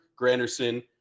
Granderson